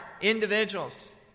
individuals